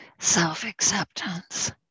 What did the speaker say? Self-acceptance